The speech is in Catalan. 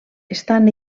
estan